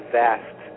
vast